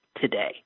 today